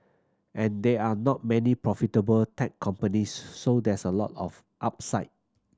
and there are not many profitable tech companies so there's a lot of upside